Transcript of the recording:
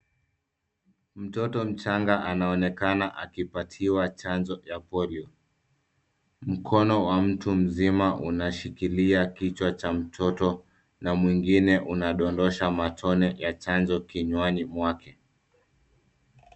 Mtoto mchanga anaonekana akipatiwa chanjo ya polio. Mkono wa mtu mzima unashikilia kichwa cha mtoto na mwingine unadondosha matone ya chanjo kinywani mwake.